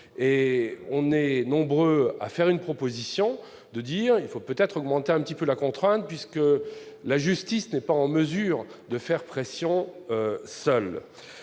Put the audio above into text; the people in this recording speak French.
donc nombreux à faire une proposition consistant à dire qu'il faut peut-être augmenter un peu la contrainte, puisque la justice n'est pas en mesure de faire pression seule.